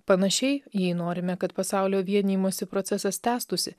panašiai jei norime kad pasaulio vienijimosi procesas tęstųsi